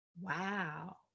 wow